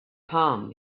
palm